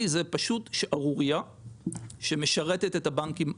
זה פשוט שערורייה שמשרתת את הבנקים הגדולים,